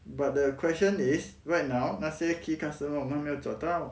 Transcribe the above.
but the question is right now 那些 key customer 我们没有找到